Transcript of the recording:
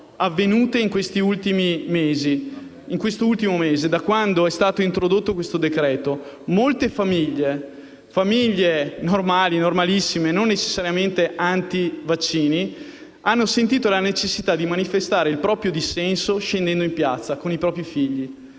avvenute nell'ultimo mese, da quando è stato emanato il decreto-legge. Molte famiglie normali, normalissime, non necessariamente antivaccini, hanno sentito la necessità di manifestare il proprio dissenso scendendo in piazza con i propri figli.